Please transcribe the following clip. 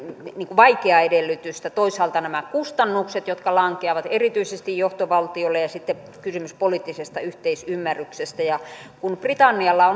vaikeaa edellytystä toisaalta nämä kustannukset jotka lankeavat erityisesti johtovaltiolle ja sitten kysymys poliittisesta yhteisymmärryksestä kun britannialla